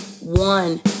one